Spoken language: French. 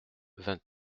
vingt